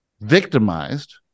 victimized